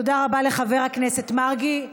תודה רבה לחבר הכנסת מרגי.